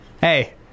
Hey